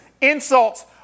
insults